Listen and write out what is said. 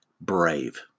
Brave